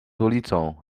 ulicą